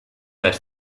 seit